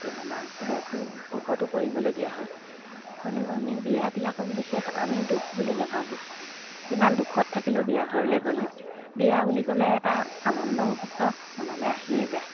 এতিয়া আমাক দুখো দুখতো কৰিবলগীয়া হয় হ'লেও আমি বিয়াবিলাকক বিশেষ আমি দুখ বুলি নেভাবোঁ যিমান দুখত থাকিলেও বিয়াঘৰলৈ গ'লে বিয়া বুলি ক'লে এটা আনন্দ মুহূৰ্ত মনলৈ আহিয়ে যায়